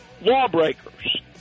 lawbreakers